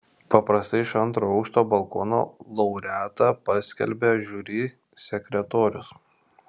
paprastai iš antro aukšto balkono laureatą paskelbia žiuri sekretorius